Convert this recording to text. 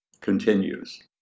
continues